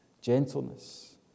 gentleness